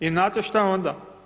I znate što onda?